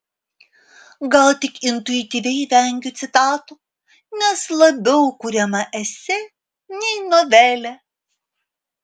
gal tik intuityviai vengiu citatų nes taip labiau kuriama esė nei novelė